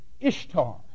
Ishtar